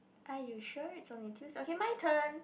are you sure it's only two okay my turn